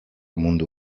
mundu